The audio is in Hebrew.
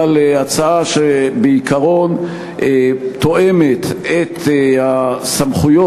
אבל הצעה שבעיקרון תואמת את הסמכויות